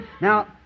Now